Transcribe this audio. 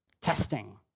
testing